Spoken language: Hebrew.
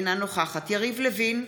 אינה נוכחת יריב לוין,